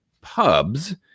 Pubs